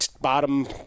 bottom